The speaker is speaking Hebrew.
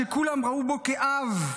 שכולם ראו בו אב,